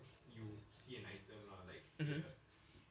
mmhmm